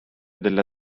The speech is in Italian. della